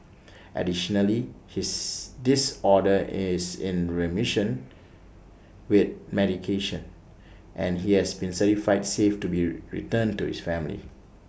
additionally his disorder is in remission with medication and he has been certified safe to be returned to his family